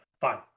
Fine